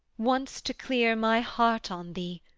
once to clear my heart on thee,